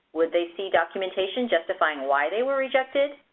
would they see documentation justifying why they were rejected?